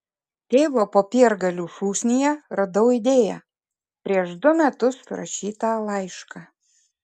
tėvo popiergalių šūsnyje radau idėją prieš du metus rašytą laišką